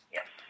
Yes